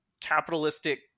capitalistic